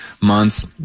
months